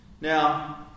Now